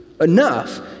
enough